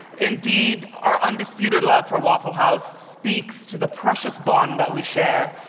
indeed, our undisputed love for waffle house speaks to the precious bond that we share,